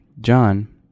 John